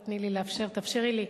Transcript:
רק תאפשרי לי.